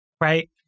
right